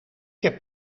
heb